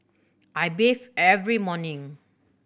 I bathe every morning